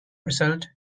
result